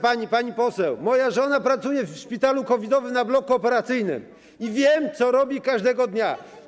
Pani poseł, moja żona pracuje w szpitalu COVID-owym na bloku operacyjnym i wiem, co robi każdego dnia.